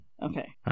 Okay